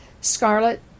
scarlet